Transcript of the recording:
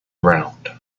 round